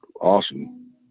awesome